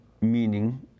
meaning